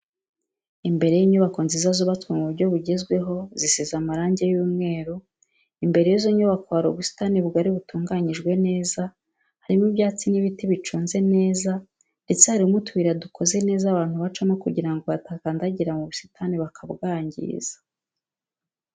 Imbere y'inyubako nziza zubatswe mu buryo bugezweho, zisize amarangi y'umweru, imbere y'izo nyubako hari ubusitani bugari butunganyijwe neza, harimo ibyatsi n'ibiti biconze neza ndetse harimo utuyira dukoze neza abantu bacamo kugira ngo badakandagira mu busitani bakabwangiza.